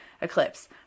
eclipse